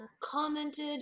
commented